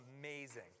amazing